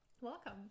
Welcome